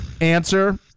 answer